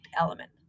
element